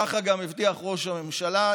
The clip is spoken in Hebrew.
ככה גם הבטיח ראש הממשלה,